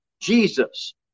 Jesus